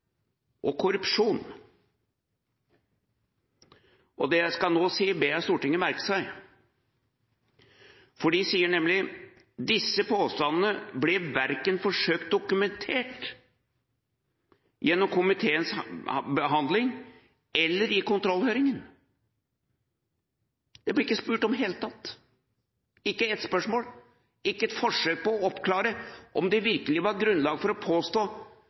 og «korrupsjon». Det jeg nå skal si, ber jeg Stortinget merke seg, nemlig: Disse påstandene ble ikke forsøkt dokumentert verken gjennom komiteens behandling eller i kontrollhøringen. Det ble ikke spurt om dette i det hele tatt – ikke ett spørsmål, ikke ett forsøk på å oppklare om det virkelig var grunnlag for å påstå